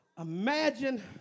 Imagine